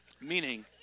Meaning